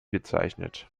bezeichnet